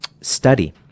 study